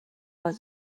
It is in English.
was